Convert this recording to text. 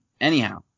Anyhow